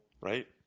right